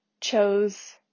chose